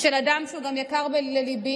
של אדם שהוא גם יקר לליבי,